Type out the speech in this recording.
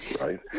right